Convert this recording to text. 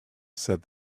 said